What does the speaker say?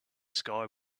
sky